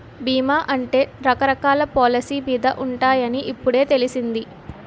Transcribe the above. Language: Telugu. బీమా అంటే రకరకాల పాలసీ మీద ఉంటాయని ఇప్పుడే తెలిసింది